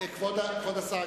כבוד השר,